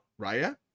Raya